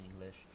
English